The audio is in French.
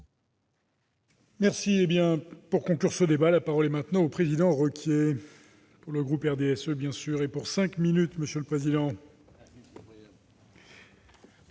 Merci,